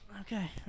Okay